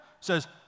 says